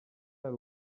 hari